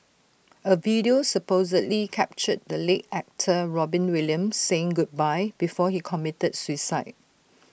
A video supposedly captured the late actor Robin Williams saying goodbye before he committed suicide